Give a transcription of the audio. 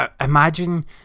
imagine